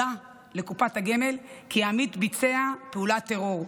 לקופת הגמל כי העמית ביצע פעולת טרור.